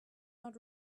not